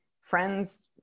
friends